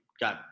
got